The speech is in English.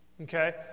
Okay